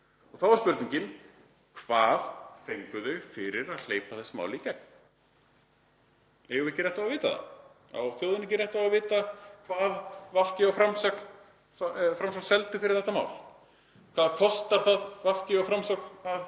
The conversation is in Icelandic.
Þá er spurningin: Hvað fengu þau fyrir að hleypa þessu máli í gegn? Eigum við ekki rétt á að vita það? Á þjóðin ekki rétt á að vita hvað VG og Framsókn seldu fyrir þetta mál? Hvað kostar það VG og Framsókn að